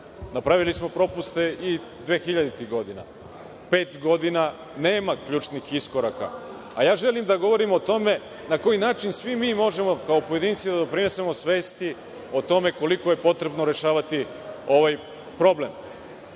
Napravili smo propuste i 2000-ih godina. Pet godina nema ključnih iskoraka, a ja želim da govorim o tome na koji način svi mi možemo kao pojedinci da doprinesemo svesti o tome koliko je potrebno rešavati ovaj problem. Dakle,